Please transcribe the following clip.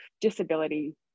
disability